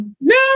no